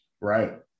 Right